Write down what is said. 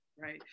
Right